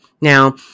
Now